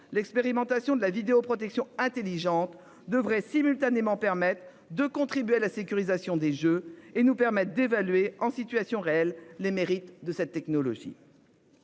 l'expérimentation de la vidéoprotection intelligente devrait simultanément permettent de contribuer à la sécurisation des jeux et nous permettent d'évaluer en situation réelle. Les mérites de cette technologie.